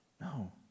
No